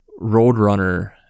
Roadrunner